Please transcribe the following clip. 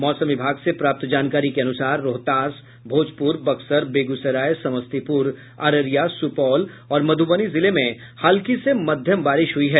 मौसम विभाग से प्राप्त जानकारी के अनुसार रोहतास भोजपुर बक्सर बेगूसराय समस्तीपुर अररिया सुपौल और मधुबनी जिले में हल्की से मध्यम बारिश हुई है